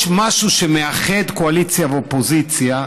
יש משהו שמאחד קואליציה ואופוזיציה,